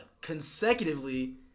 consecutively